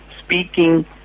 speaking